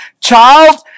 Child